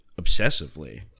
obsessively